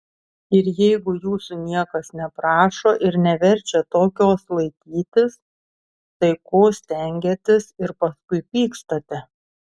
ir jeigu jūsų niekas neprašo ir neverčia tokios laikytis tai ko stengiatės ir paskui pykstate